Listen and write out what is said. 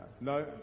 no